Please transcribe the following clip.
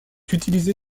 utilisé